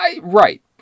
Right